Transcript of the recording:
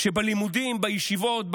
שבלימודים בישיבות,